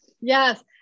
yes